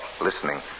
listening